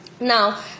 Now